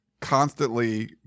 constantly